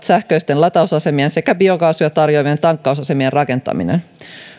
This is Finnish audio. sähköisten latausasemien sekä biokaasua tarjoavien tankkausasemien rakentaminen